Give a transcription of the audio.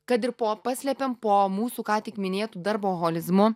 kad ir po paslepiam po mūsų ką tik minėtu darboholizmu